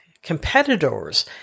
competitors